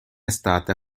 estate